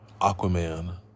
Aquaman